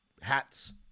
hats